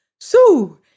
So